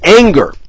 anger